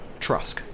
Trusk